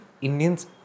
Indians